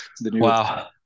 wow